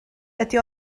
ydy